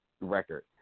record